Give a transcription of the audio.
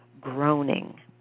groaning